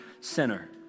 sinner